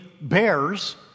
bears